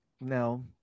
No